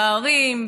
בערים,